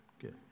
Good